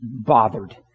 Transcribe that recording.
bothered